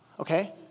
Okay